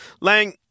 Lang